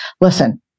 Listen